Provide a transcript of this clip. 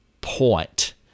point